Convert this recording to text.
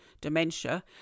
dementia